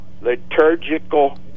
liturgical